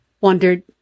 wondered